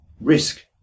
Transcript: Risk